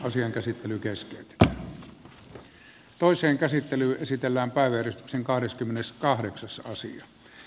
asian käsittely keskeytetään